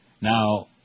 Now